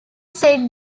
said